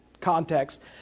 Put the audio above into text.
context